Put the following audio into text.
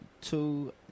two